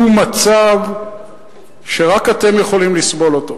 היא מצב שרק אתם יכולים לסבול אותו,